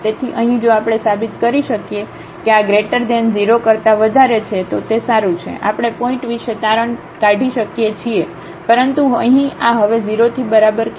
તેથી અહીં જો આપણે સાબિત કરી શકીએ કે આ 0 કરતા વધારે છે તો તે સારું છે આપણે પોઇન્ટ વિશે તારણ નીકળી શકીએ છીએ પરંતુ અહીં આ હવે 0 થી બરાબર કેમ છે